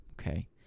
okay